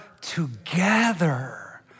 together